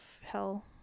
hell